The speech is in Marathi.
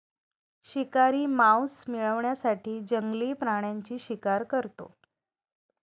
शिकारी मांस मिळवण्यासाठी जंगली प्राण्यांची शिकार करतो